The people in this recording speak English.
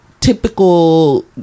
typical